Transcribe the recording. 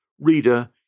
Reader